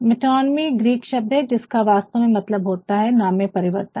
metonymy Greek शब्द है जिसका वास्तव मतलब होता है नाम में परिवर्तन